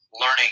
learning